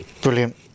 Brilliant